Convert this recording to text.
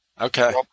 Okay